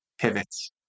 pivots